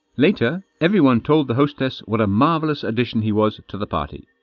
later everyone told the hostess what a marvelous addition he was to the party.